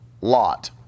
Lot